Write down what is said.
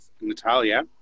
Natalia